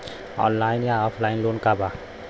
Online या offline loan का बा?